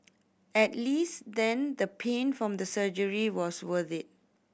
at least then the pain from the surgery was worth it